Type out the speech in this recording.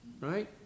Right